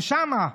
ושם,